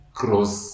cross